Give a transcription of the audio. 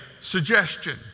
suggestion